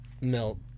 melt